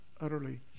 utterly